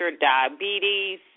diabetes